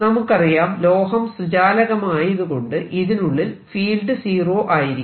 നമുക്കറിയാം ലോഹം സുചാലകമായതുകൊണ്ട് ഇതിനുള്ളിൽ ഫീൽഡ് സീറോ ആയിരിക്കും